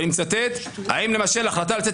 ואני מצטט: האם למשל ההחלטה לצאת